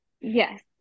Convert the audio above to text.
Yes